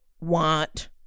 want